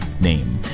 name